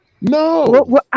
No